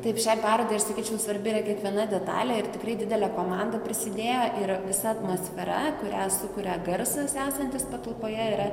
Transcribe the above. taip šiai parodai aš sakyčiau svarbi yra kiekviena detalė ir tikrai didelė komanda prisidėjo ir visa atmosfera kurią sukuria garsas esantis patalpoje yra